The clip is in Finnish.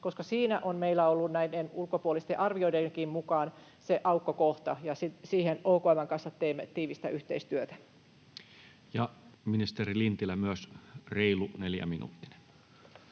koska siinä on meillä ollut näiden ulkopuolisten arvioidenkin mukaan se aukkokohta, ja siinä OKM:n kanssa teemme tiivistä yhteistyötä. [Speech 309] Speaker: Toinen